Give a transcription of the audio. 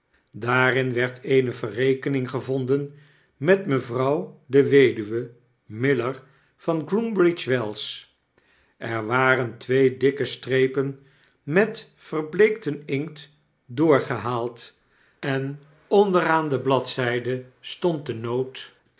daarin werd eene verrekening gevonden met mevrouw de weduwe miller van ebr wells er waren twee dikkestrepen met verbleekten inkt doorgehaald en onder aan de bladzjjde stond de noot